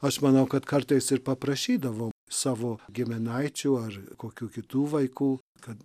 aš manau kad kartais ir paprašydavo savo giminaičių ar kokių kitų vaikų kad